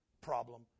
problem